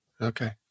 Okay